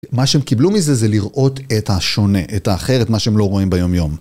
מה שהם קיבלו מזה זה לראות את השונה, את האחרת, מה שהם לא רואים ביומיום.